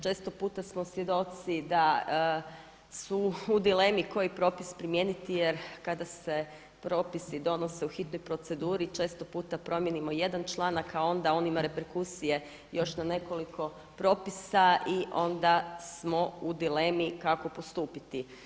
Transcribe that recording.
Često puta smo svjedoci da su u dilemi koji propis primijeniti jer kada se propisi donose u hitnoj proceduri često puta promijenimo jedan članak, a onda on ima reperkusije još na nekoliko propisa i onda smo u dilemi kako postupiti.